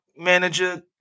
manager